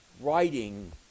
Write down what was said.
writing